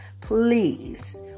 please